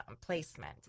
placement